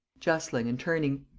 justling, and turning.